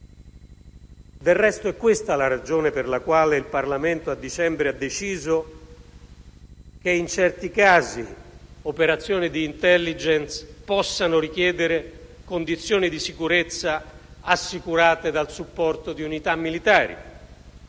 Del resto, è questa la ragione per la quale il Parlamento a dicembre ha deciso che, in certi casi, operazioni d'*intelligence* possano richiedere condizioni di sicurezza assicurate dal supporto di unità militari